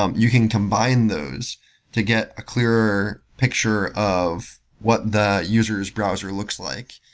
um you can combine those to get a clearer picture of what the user s browser looks like.